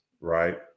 right